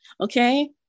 Okay